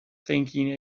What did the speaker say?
thinking